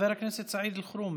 חבר הכנסת סעיד אלחרומי.